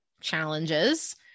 challenges